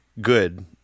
good